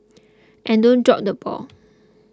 and don't drop the ball